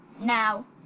Now